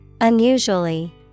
Unusually